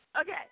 Okay